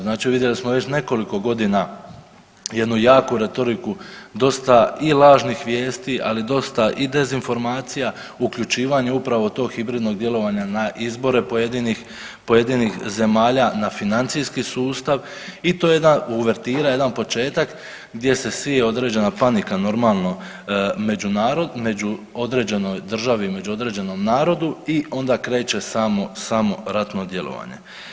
Znači vidjeli smo već nekoliko godina jednu jaku retoriku dosta i lažnih vijesti, ali dosta i dezinformacija uključivanje upravo tog hibridnog djelovanja na izbore pojedinih, pojedinih zemalja, na financijski sustav i to je jedna uvertira, jedan početak gdje se sije određena panika normalno među narod, među određenoj državi, među određenom narodu i onda kreće samo, samo ratno djelovanje.